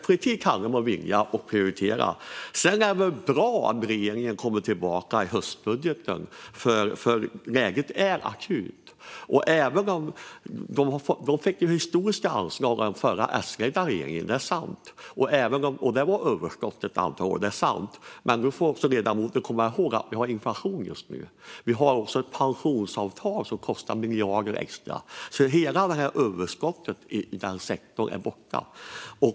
Politik handlar om att vilja och prioritera. Sedan är det bra om regeringen kommer tillbaka i höstbudgeten. Läget är akut. Det är sant att den förra S-ledda regeringen fick historiska anslag, och det var överskott ett antal år. Men nu får ledamoten komma ihåg att det just nu råder inflation. Sedan finns ett pensionsavtal som kostar miljarder extra. Hela överskottet i den sektorn är borta.